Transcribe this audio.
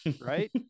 Right